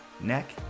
neck